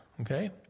okay